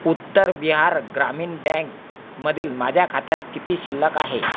उत्तर बिहार ग्रामीण बँकमधील माझ्या खात्यात किती शिल्लक आहे